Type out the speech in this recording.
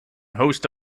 host